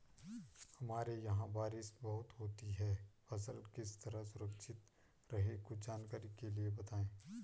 हमारे यहाँ बारिश बहुत होती है फसल किस तरह सुरक्षित रहे कुछ जानकारी के लिए बताएँ?